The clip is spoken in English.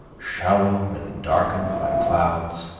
shallow and darkened by clouds,